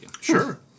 Sure